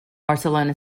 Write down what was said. barcelona